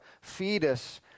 fetus